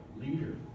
leader